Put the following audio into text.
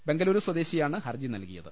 ബംഗളൂരു സ്വദേശിയാണ് ഹർജി നൽകിയത്